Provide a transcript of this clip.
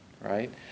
Right